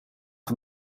van